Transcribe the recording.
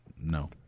no